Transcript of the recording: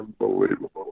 unbelievable